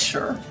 Sure